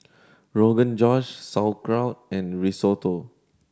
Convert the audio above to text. Rogan Josh Sauerkraut and Risotto